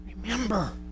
remember